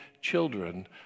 children